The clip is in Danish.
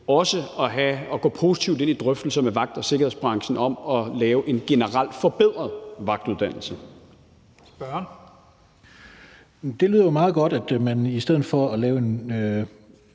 – at gå positivt ind i drøftelser med vagt- og sikkerhedsbranchen om at lave en generel forbedret vagtuddannelse. Kl. 17:03 Første næstformand (Leif Lahn